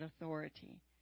authority